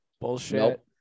Bullshit